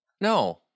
No